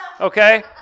Okay